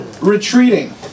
retreating